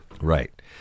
right